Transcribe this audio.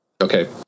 Okay